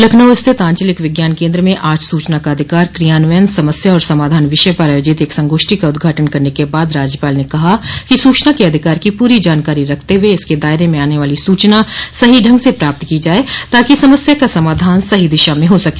लखनऊ स्थित आंचलिक विज्ञान केन्द्र में आज सूचना का अधिकार क्रियान्वयन समस्या और समाधान विषय पर आयोजित एक संगोष्ठी का उद्घाटन करने के बाद राज्यपाल ने कहा कि सूचना के अधिकार की पूरी जानकारी रखते हुए इसके दायरे में आने वाली सूचना सही ढंग से प्राप्त को जाये ताकि समस्या का समाधान सही दिशा में हो सके